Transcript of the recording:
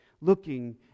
looking